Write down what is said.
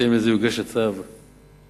בהתאם לזה יוגש הצו בקרוב,